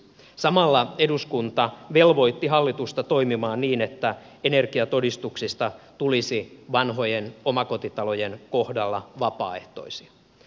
samalla eduskunta velvoitti hallitusta toimimaan niin että energiatodistuksista tulisi vanhojen omakotitalojen kohdalla vapaaehtoisia